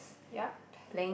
yup